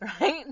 Right